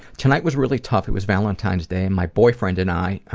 tonight was really tough. it was valentine's day and my boyfriend and i,